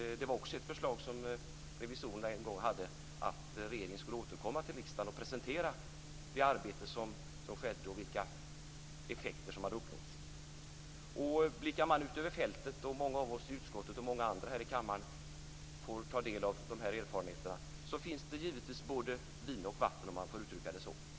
Det var också ett förslag som revisorerna en gång hade, att regeringen skulle återkomma till riksdagen och presentera det arbete som skedde och vilka effekter som hade uppnåtts. Blickar man ut över fältet - och många av oss i utskottet och många andra får ta del av de här erfarenheterna - finner man givetvis både vin och vatten, om jag får uttrycka det så.